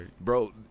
bro